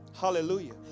Hallelujah